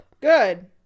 Good